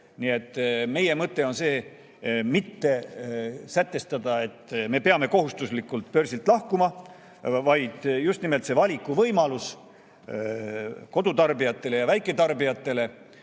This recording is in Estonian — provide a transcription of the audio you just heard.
Nii et meie mõte on see: mitte sätestada, et me peame kohustuslikult börsilt lahkuma, vaid just nimelt anda valikuvõimalus kodutarbijatele ja väiketarbijatele,